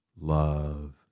love